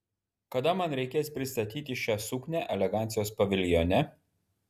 kada man reikės pristatyti šią suknią elegancijos paviljone